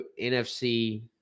NFC